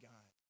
God